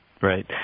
right